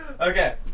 Okay